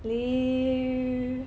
lame